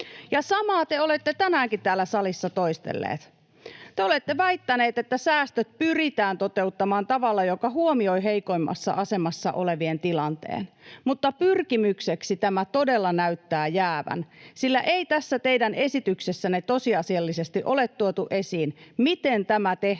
samaa te olette tänäänkin täällä salissa toistelleet. Te olette väittäneet, että säästöt pyritään toteuttamaan tavalla, joka huomioi heikoimmassa asemassa olevien tilanteen, mutta pyrkimykseksi tämä todella näyttää jäävän, sillä ei tässä teidän esityksessänne tosiasiallisesti ole tuotu esiin, miten tämä tehtäisiin